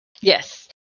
Yes